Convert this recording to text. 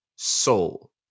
Soul